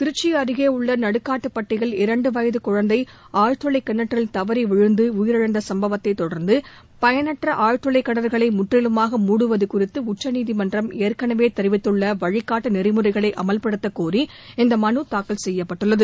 திருச்சி அருகே உள்ள நடுக்காட்டிப்பட்டியில் இரண்டு வயது குழந்தை ஆழ்துளை கிணற்றில் தவறி விழுந்து உயிரிழந்த சும்பவத்தை தொடர்ந்து பயனற்ற ஆழ்துளை கிணறுகளை முற்றிலுமாக மூடுவது குறித்து உச்நீதிமன்றம் ஏற்கனவே தெரிவித்துள்ள வழிக்காட்டு நெறிமுறைகளை அமல்படுத்த கோரி இந்த மனு தாக்கல் செய்யப்பட்டுள்ளது